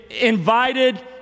invited